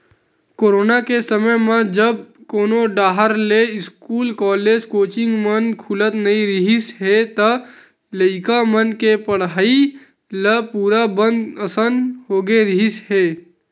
corona के समे जब कोनो डाहर के इस्कूल, कॉलेज, कोचिंग मन खुलत नइ रिहिस हे त लइका मन के पड़हई ल पूरा बंद असन होगे रिहिस हे